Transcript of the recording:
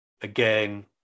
Again